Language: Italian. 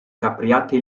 capriate